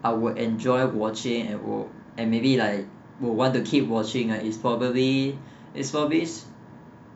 I would enjoy watching at home and maybe like will want to keep watching uh is probably is probably